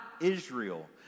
Israel